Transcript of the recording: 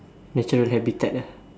natural habitat lah